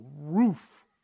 roof